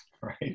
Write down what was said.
right